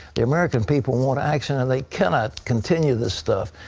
the american people want action and they cannot continue this stuff.